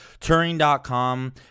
turing.com